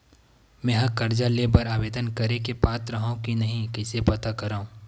मेंहा कर्जा ले बर आवेदन करे के पात्र हव की नहीं कइसे पता करव?